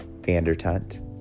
VanderTunt